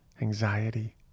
anxiety